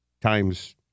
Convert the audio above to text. Times